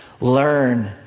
learn